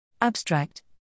Abstract